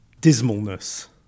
Dismalness